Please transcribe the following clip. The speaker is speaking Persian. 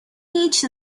هیچ